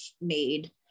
made